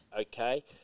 okay